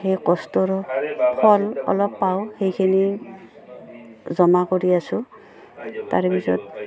সেই কষ্টৰ ফল অলপ পাওঁ সেইখিনি জমা কৰি আছোঁ তাৰেপিছত